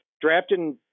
drafted